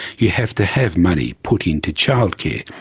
you have to have money put into childcare.